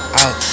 out